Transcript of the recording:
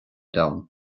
domhan